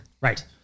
Right